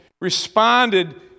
responded